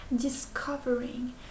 discovering